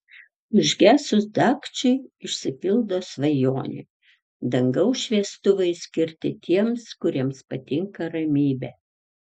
užgesus dagčiui išsipildo svajonė dangaus šviestuvai skirti tiems kuriems patinka ramybė